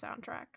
soundtrack